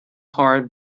heart